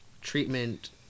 treatment